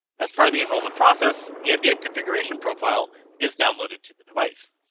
as part of the enrollment process the mdm configuration profile is downloaded to the device.